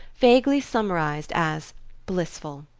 vaguely summarised as blissful.